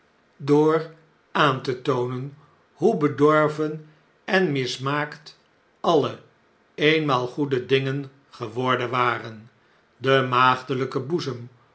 door aan te toonen hoe bedorven en mismaakt alle eenmaal goede dingen geworden waren de maagdehjke boezem